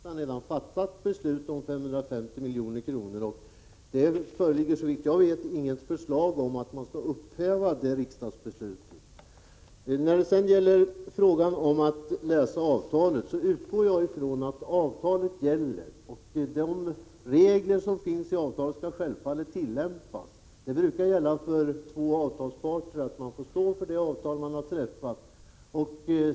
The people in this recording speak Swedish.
Herr talman! Ivar Franzén för en retroaktiv debatt i de här frågorna. I frågan om ersättning för byggnadskostnaderna har riksdagen redan fattat ett beslut om 550 miljoner. Det föreligger såvitt jag vet inget förslag om att upphäva det riksdagsbeslutet. Ivar Franzén uppmanar mig att läsa avtalet. Jag utgår från att avtalet gäller, och de regler som stipuleras i avtalet skall självfallet tillämpas — det brukar gälla för avtalsparter att man får stå för det avtal man har träffat.